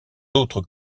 autres